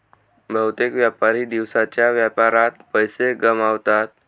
बहुतेक व्यापारी दिवसाच्या व्यापारात पैसे गमावतात